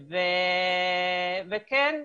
וכן,